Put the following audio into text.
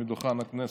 מדוכן הכנסת,